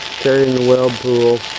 carrying the weld pool,